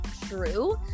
true